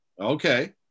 okay